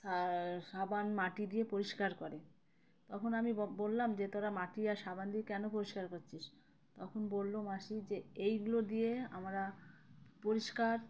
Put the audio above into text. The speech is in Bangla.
সাবান মাটি দিয়ে পরিষ্কার করে তখন আমি বললাম যে তোরা মাটি আর সাবান দিয়ে কেন পরিষ্কার করছিস তখন বললো মাসি যে এইগুলো দিয়ে আমরা পরিষ্কার